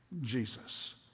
Jesus